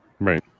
Right